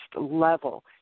level